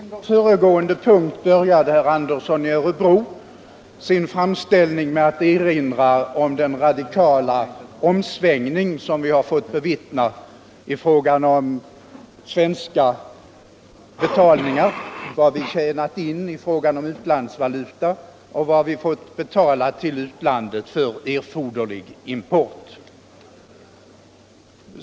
Herr talman! Under föregående punkt började herr Andersson i Örebro sin framställning med att erinra om den radikala omsvängning som vi har fått bevittna i fråga om svenska betalningar — vad vi tjänat in i utlandsvaluta och vad vi fått betala till utlandet för erforderlig import.